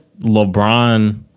LeBron